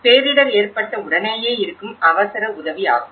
ஒன்று பேரிடர் ஏற்பட்ட உடனேயே இருக்கும் அவசர உதவி ஆகும்